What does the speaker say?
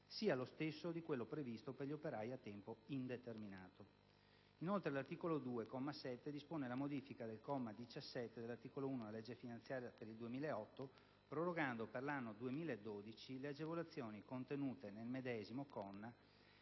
sia lo stesso di quello previsto per gli operai a tempo indeterminato. Inoltre, l'articolo 2, comma 7, dispone la modifica del comma 17 dell'articolo 1 della legge finanziaria per il 2008, prorogando per l'anno 2012 le agevolazioni contenute nel medesimo comma